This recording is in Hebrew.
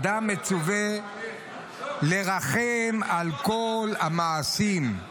אדם מצווה לרחם על כל המעשים.